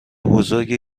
بزرگی